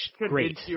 Great